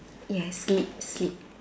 yes sleep sleep